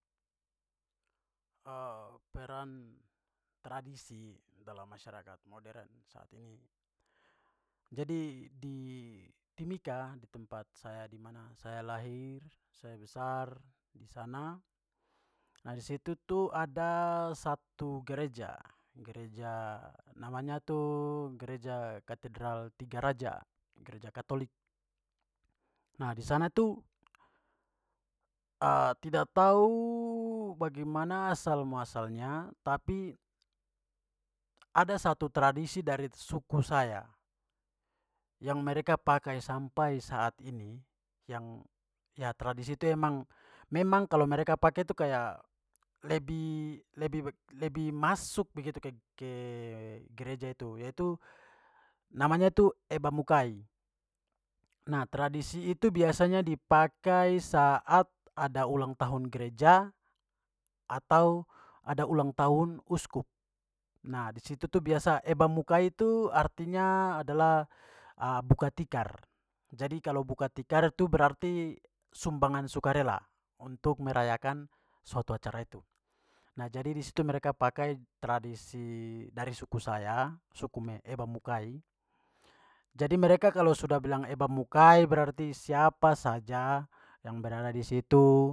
peran tradisi dalam masyarakat modern saat ini. Jadi di timika, di tempat saya dimana saya lahir, saya besar, disana, nah, di situ tu ada satu gereja- gereja namanya tu gereja katedral tiga raja, gereja katholik. Nah, disana tu tidak tahu bagaimana asal-muasalnya tapi ada satu tradisi dari suku saya yang mereka pakai sampai saat ini yang, ya, tradisi itu memang- memang kalo mereka pakai itu kayak lebih lebih lebih masuk begitu ke-ke gereja itu, yaitu namanya itu eba mukai. Nah, tradisi itu biasanya dipakai saat ada ulang tahun gereja atau ada ulang tahun uskup. Nah, di situ tu biasa. Eba mukai tu artinya adalah buka tikar, jadi kalau buka tikar itu berarti sumbangan sukarela untuk merayakan suatu acara itu. Nah, jadi di situ mereka pakai tradisi dari suku saya, suku eba mukai. Jadi mereka kalau sudah bilang eba mukai berarti siapa saja yang berada disitu.